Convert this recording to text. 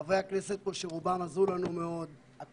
רוב החברי הכנסת שנמצאים פה מאוד עזרו לנו.